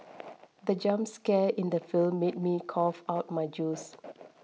the jump scare in the film made me cough out my juice